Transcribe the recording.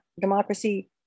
democracy